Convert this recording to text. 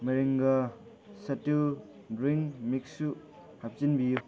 ꯃꯔꯤꯡꯒ ꯁꯦꯇꯤꯜ ꯗ꯭ꯔꯤꯡ ꯃꯤꯛꯁꯁꯨ ꯍꯥꯞꯆꯤꯟꯕꯤꯌꯨ